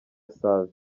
save